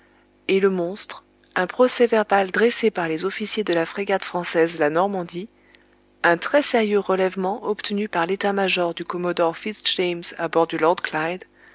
et le monstre un procès-verbal dressé par les officiers de la frégate française la normandie un très sérieux relèvement obtenu par l'état-major du commodore fitz-james à bord du